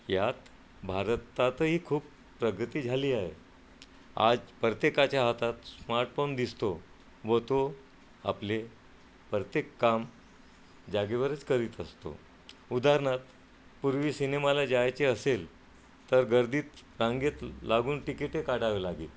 यात भारतातही खूप प्रगती झाली आहे आज प्रत्येकाच्या हातात स्मार्टफोन दिसतो व तो आपले प्रत्येक काम जागेवरच करीत असतो उदाहरणार्थ पूर्वी सिनेमाला जायचे असेल तर गर्दीत रांगेत लागून तिकीटे काढावे लागे